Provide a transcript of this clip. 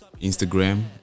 Instagram